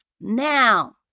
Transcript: now